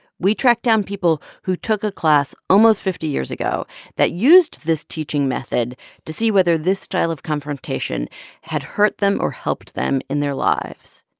we tracked down people who took a class almost fifty years ago that used this teaching method to see whether this style of confrontation had hurt them or helped them in their lives.